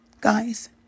Guys